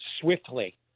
swiftly